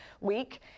week